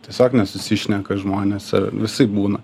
tiesiog nesusišneka žmonės a visaip būna